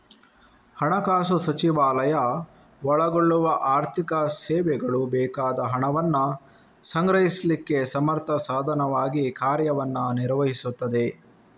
ಹಣಕಾಸು ಸಚಿವಾಲಯ ಒಳಗೊಳ್ಳುವ ಆರ್ಥಿಕ ಸೇವೆಗಳು ಬೇಕಾದ ಹಣವನ್ನ ಸಂಗ್ರಹಿಸ್ಲಿಕ್ಕೆ ಸಮರ್ಥ ಸಾಧನವಾಗಿ ಕಾರ್ಯವನ್ನ ನಿರ್ವಹಿಸ್ತದೆ